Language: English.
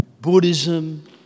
Buddhism